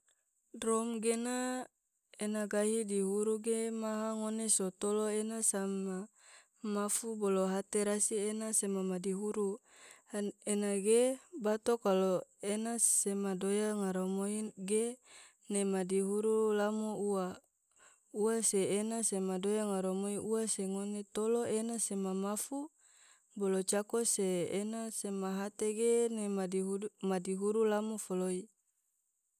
drom gena ena gahi dihuru ge maha ngone so tolo ena samma mafu bolo hate rasi ena sema madihuru. han ena ge bato kalao ena sema doya ngaramoin ge ne ma madihuru lamo ua, ua se ena sema doya ngaramoi ua se ngone tolo ena sema mafu bolo jako se ena sema hate ge ne madihudu madihuru lamo foloi.